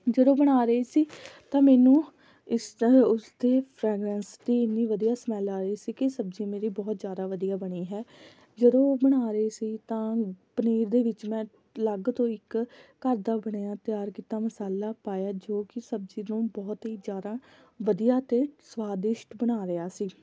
ਜਦੋਂ ਬਣਾ ਰਹੀ ਸੀ ਤਾਂ ਮੈਨੂੰ ਇਸਦਾ ਉਸਦੀ ਫਰੈਗਰੈਂਸਟੀ ਇੰਨੀ ਵਧੀਆ ਸਮੈਲ ਆ ਰਹੀ ਸੀ ਕਿ ਸਬਜ਼ੀ ਮੇਰੀ ਬਹੁਤ ਜ਼ਿਆਦਾ ਵਧੀਆ ਬਣੀ ਹੈ ਜਦੋਂ ਬਣਾ ਰਹੀ ਸੀ ਤਾਂ ਪਨੀਰ ਦੇ ਵਿੱਚ ਮੈਂ ਅਲੱਗ ਤੋਂ ਇੱਕ ਘਰ ਦਾ ਬਣਿਆ ਤਿਆਰ ਕੀਤਾ ਮਸਾਲਾ ਪਾਇਆ ਜੋ ਕਿ ਸਬਜ਼ੀ ਨੂੰ ਬਹੁਤ ਹੀ ਜ਼ਿਆਦਾ ਵਧੀਆ ਅਤੇ ਸਵਾਦਿਸ਼ਟ ਬਣਾ ਰਿਹਾ ਸੀ